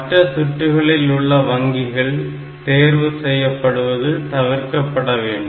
மற்றச் சுற்றுகளில் உள்ள வங்கிகள் தேர்வு செய்யப்படுவது தவிர்க்கப்பட வேண்டும்